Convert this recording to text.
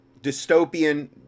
dystopian